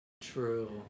True